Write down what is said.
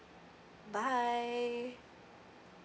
bye